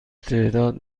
تعداد